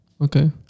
Okay